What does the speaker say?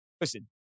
listen